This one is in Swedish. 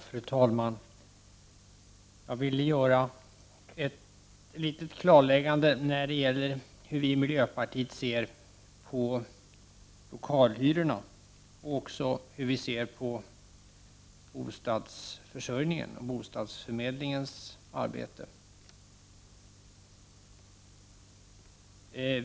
Fru talman! Jag vill göra ett litet klarläggande i frågan om hur vi i miljöpartiet ser på lokalhyrorna och på bostadsförmedlingens arbete.